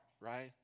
right